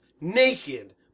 naked